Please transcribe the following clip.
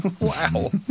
Wow